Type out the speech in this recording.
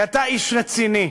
כי אתה איש רציני,